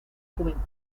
juventud